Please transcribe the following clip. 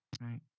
right